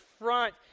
front